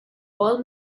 haul